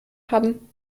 haben